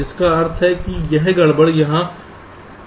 जिसका अर्थ है कि यह गड़बड़ यहाँ प्रचारित होगी